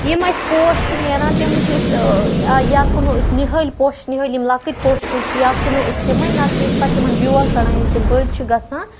یِم اَسہِ پوش چھِ نیران تِم چھِ أسۍ یا کُنوُہ أسۍ نِہٲلۍ پوشہِ نِہٲلۍ یِم لَکٕٹۍ پوشہِ کُلۍ چھِ یا کُنو أسۍ تِمے نَتہٕ چھِ أسۍ پَتہٕ تِمَن بیول کَڑان ییٚلہِ تِم بٔڑۍ چھِ گَژھان